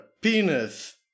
penis